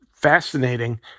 fascinating